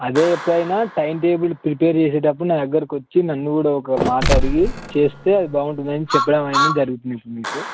అదే ఎప్పుడైనా time table prepare చేసేటప్పుడు నా దగ్గరకి వచ్చి నన్ను కూడా ఒక మాట అడిగి చేస్తే అది బాగుంటుందని చెప్పడం అనేది జరుగుతుంది ఇప్పుడు మీకు